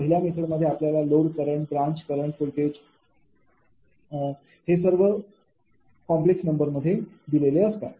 पहिल्या मेथडमध्ये आपल्याला load current branch current voltage हे सर्व कॉम्प्लेक्स नंबर दिलेले असतात